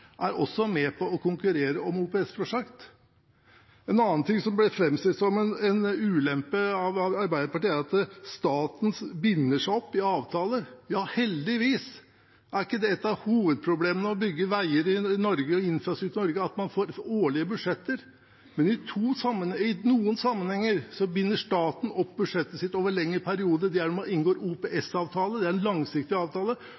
er også med på å konkurrere om OPS-prosjekter. En annen ting som ble framstilt som en ulempe av Arbeiderpartiet, er at staten binder seg opp i avtaler. Ja, heldigvis! Er ikke et av hovedproblemene med å bygge veier og infrastruktur i Norge at man får årlige budsjetter? I noen sammenhenger binder staten opp budsjettet sitt over lengre perioder, og det er når man inngår en OPS-avtale. Det er en langsiktig avtale,